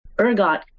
ergot